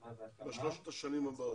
תוכנית התעסוקה במשך שלוש השנים הבאות,